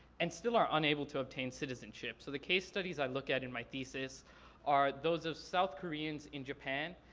and still are unable to obtain citizenship. so the case studies i look at in my thesis are those of south koreans in japan,